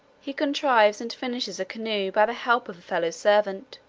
he contrives and finishes a canoe by the help of a fellow-servant,